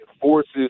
forces